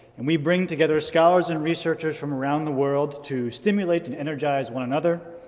and we bring together scholars and researchers from around the world to stimulate and energize one another,